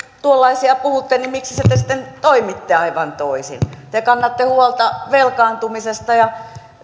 tuollaisia puhutte niin miksi sitten toimitte aivan toisin te kannatte huolta velkaantumisesta ja